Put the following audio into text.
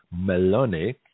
Meloni